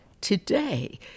Today